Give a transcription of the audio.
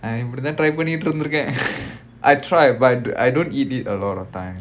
அப்டித்தான் பண்ணிட்டுருந்துருக்கேன்:apdithaan pannitrunthurukkaen I tried but I don't eat it a lot of time